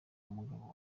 umugabo